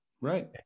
Right